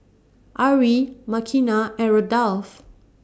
Arrie Makenna and Rudolph